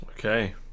Okay